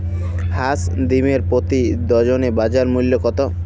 হাঁস ডিমের প্রতি ডজনে বাজার মূল্য কত?